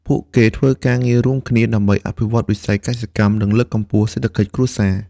ពួកគេធ្វើការងាររួមគ្នាដើម្បីអភិវឌ្ឍវិស័យកសិកម្ម និងលើកកម្ពស់សេដ្ឋកិច្ចគ្រួសារ។